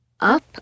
Up